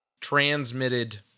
transmitted